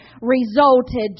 resulted